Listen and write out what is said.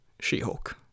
She-Hulk